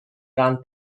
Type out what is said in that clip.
rand